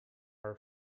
are